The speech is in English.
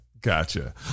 gotcha